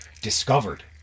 discovered